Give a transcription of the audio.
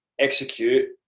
execute